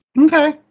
Okay